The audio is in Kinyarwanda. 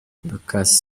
lucas